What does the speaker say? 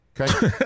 Okay